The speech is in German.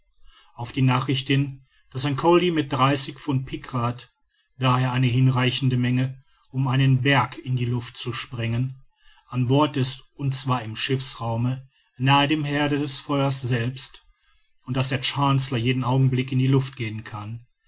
auf die nachricht hin daß ein colli mit dreißig pfund pikrat d h eine hinreichende menge um einen berg in die luft zu sprengen an bord ist und zwar im schiffsraume nahe dem herde des feuers selbst und daß der chancellor jeden augenblick in die luft gehen kann